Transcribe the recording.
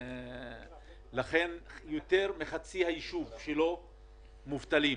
לכן יותר מחצי מתושבי הישוב שלו מובטלים.